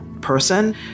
person